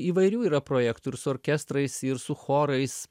įvairių yra projektų ir su orkestrais ir su chorais